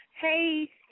Hey